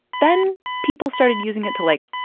then people started using it to, like,